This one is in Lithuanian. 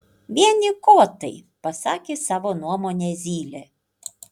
vieni kotai pasakė savo nuomonę zylė